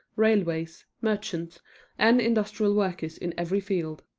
railways, merchants and industrial workers in every field.